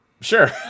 Sure